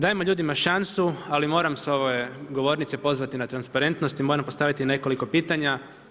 Dajmo ljudima šansu, ali moram s ove govornice pozvati na transparentnost i moram postaviti nekoliko pitanja.